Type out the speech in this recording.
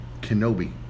Kenobi